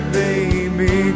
baby